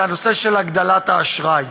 זה הנושא של הגדלת האשראי.